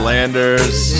Landers